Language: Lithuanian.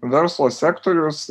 verslo sektorius